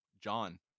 john